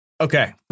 Okay